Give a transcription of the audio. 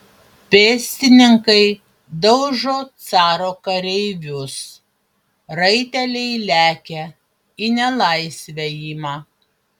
pėstininkai daužo caro kareivius raiteliai lekia į nelaisvę ima